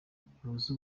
bihuza